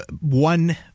one